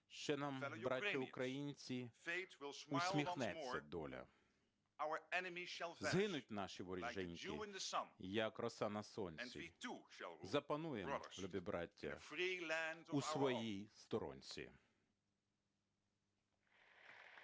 Ще нам, браття українці, усміхнеться доля. Згинуть наші воріженьки, як роса на сонці. Запануєм, любі браття, у своїй сторонці".